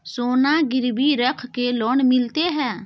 सोना गिरवी रख के लोन मिलते है?